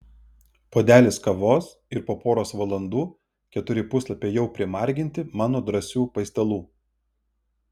puodelis kavos ir po poros valandų keturi puslapiai jau primarginti mano drąsių paistalų